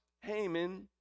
Haman